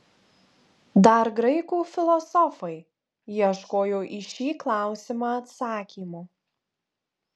dar graikų filosofai ieškojo į šį klausimą atsakymo